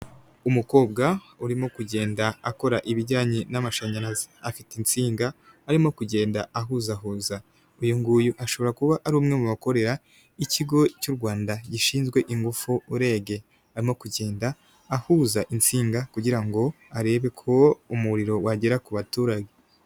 Umukobwa urimo kugenda akora ibijyanye n'amashanyarazi, afite insinga arimo kugenda ahuzahuza, uyu nguyu ashobora kuba ari umwe mu bakorera ikigo cy'u Rwanda gishinzwe ingufu REG, arimo kugenda ahuza insinga kugira ngo arebe ko umuriro wagera ku baturage.